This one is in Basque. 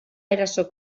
eraso